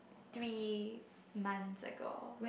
three months ago